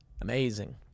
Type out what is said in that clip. Amazing